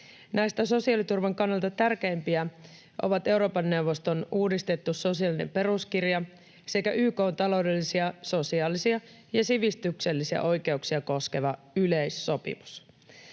Näistä sosiaaliturvan kannalta tärkeimpiä ovat Euroopan neuvoston uudistettu sosiaalinen peruskirja sekä YK:n taloudellisia, sosiaalisia ja sivistyksellisiä oikeuksia koskeva yleissopimus.